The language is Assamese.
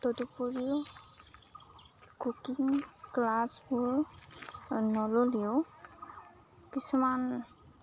তদুপৰিও কুকিং ক্লাছবোৰ নললেও কিছুমান